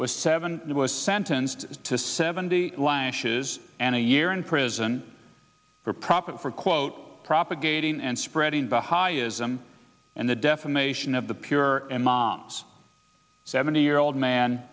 was seven was sentenced to seventy lashes and a year in prison for profit for quote propagating and spreading the high ism and the defamation of the pure and mom's seventy year old man